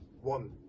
One